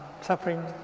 suffering